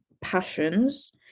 passions